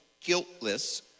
guiltless